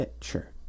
sure